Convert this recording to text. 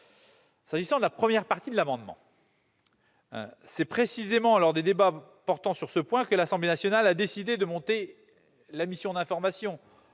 S'agissant de la première partie de l'amendement, c'est précisément lors des débats portant sur ce point que l'Assemblée nationale a décidé de constituer une mission d'information.